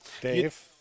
dave